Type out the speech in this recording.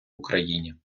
україні